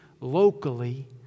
locally